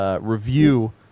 review